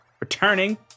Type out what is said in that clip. Returning